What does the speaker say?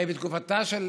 הרי בתקופתה של